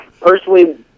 personally